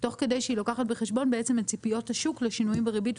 תוך כדי שהיא לוקחת בחשבון בעצם את ציפיות השוק לשינויים בריבית,